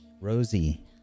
Rosie